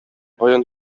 каян